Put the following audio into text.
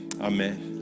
Amen